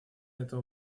этому